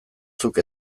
zuk